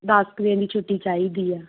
ਦਸ ਕ ਦਿਨ ਦੀ ਛੁੱਟੀ ਚਾਹੀਦੀ ਆ